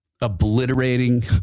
obliterating